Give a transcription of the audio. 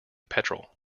petrol